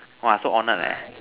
!wah! so honoured leh